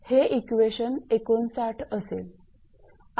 हे इक्वेशन 59 असेल